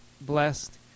blessed